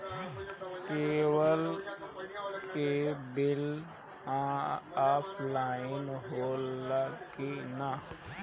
Cable के bill offline होला कि ना?